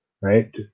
right